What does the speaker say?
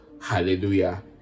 Hallelujah